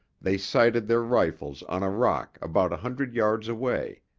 they sighted their rifles on a rock about a hundred yards away,